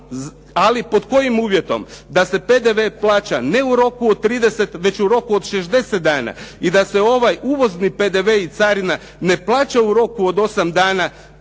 ali pod kojim uvjetom? Da se PDV plaća ne u roku od 30 već u roku od 60 dana. I da se ovaj uvozni PDV i carina ne plaća u roku od 8 dana